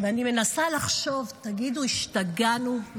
אני מנסה לחשוב, תגידו, השתגענו?